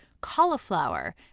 cauliflower